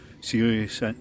serious